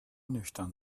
nüchtern